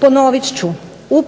Ponovit ću, u